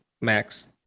Max